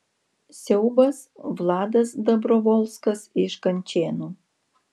siaubas vladas dabrovolskas iš kančėnų